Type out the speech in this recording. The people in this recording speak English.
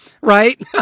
right